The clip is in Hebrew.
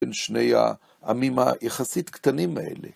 בין שני העמים היחסית קטנים האלה.